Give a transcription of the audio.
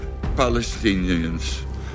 Palestinians